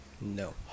No